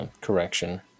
correction